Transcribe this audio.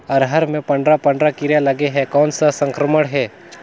अरहर मे पंडरा पंडरा कीरा लगे हे कौन सा संक्रमण हे?